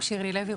שירלי לוי,